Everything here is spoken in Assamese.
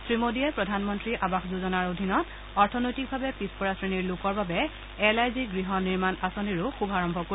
শ্ৰী মোডীয়ে প্ৰধানমন্ত্ৰী আৱাস যোজনাৰ অধীনত অৰ্থনৈতিকভাৱে পিছপৰা শ্ৰেণীৰ লোকৰ বাবে এল আই জি গৃহ নিৰ্মাণ আঁচনিৰো শুভাৰম্ভ কৰিব